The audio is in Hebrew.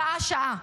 שעה-שעה,